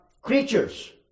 creatures